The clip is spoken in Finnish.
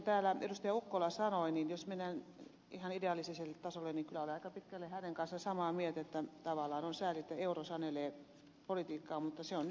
ukkola sanoi niin jos mennään ihan ideaaliselle tasolle niin olen aika pitkälle hänen kanssaan samaa mieltä että tavallaan on sääli että euro sanelee politiikkaa mutta se on nykymaailman menoa